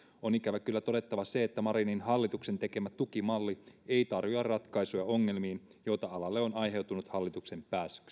on ikävä kyllä todettava se että marinin hallituksen tekemä tukimalli ei tarjoa ratkaisuja ongelmiin joita alalle on aiheutunut hallituksen